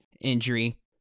injury